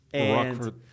Rockford